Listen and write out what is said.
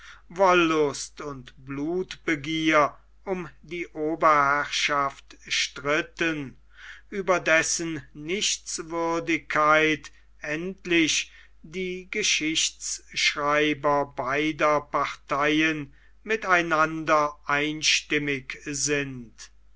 wollust und blutbegier um die oberherrschaft stritten über dessen nichtswürdigkeit endlich die geschichtschreiber beider parteien mit einander einstimmig sind